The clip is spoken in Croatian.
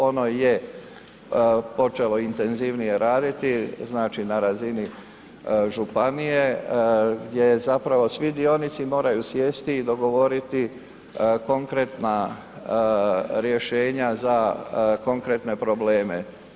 Ono je počelo intenzivnije raditi, znači na razini županije gdje je zapravo svi dionici moraju sjesti i dogovoriti konkretna rješenja za konkretne probleme.